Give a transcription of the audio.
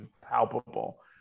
palpable